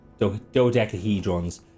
dodecahedrons